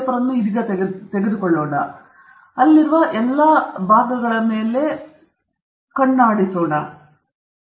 ಆದ್ದರಿಂದ ಇದೀಗ ನಾವು ಜರ್ನಲ್ ಪೇಪರ್ ಅನ್ನು ನೋಡೋಣ ಮತ್ತು ನಂತರ ಅಲ್ಲಿರುವ ಎಲ್ಲಾ ಭಾಗಗಳ ಮೇಲೆ ನಾವು ಹೋಗುತ್ತೇವೆ ಮತ್ತು ನಾನು ಹೇಳುವ ಈ ಕಲ್ಪನೆಯು ಡಾಕ್ಯುಮೆಂಟ್ನ ವಿವಿಧ ಸ್ಥಳಗಳಲ್ಲಿ ಕಾಣಿಸಿಕೊಳ್ಳುವುದು ಹೇಗೆ ಪ್ರಾರಂಭಿಸುತ್ತದೆ